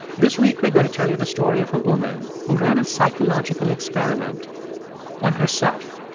this week, we're going to tell you the story of a woman who ran a psychological experiment on herself.